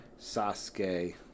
Sasuke